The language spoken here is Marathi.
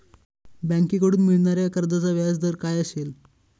बँकेकडून मिळणाऱ्या कर्जाचा व्याजदर काय असेल?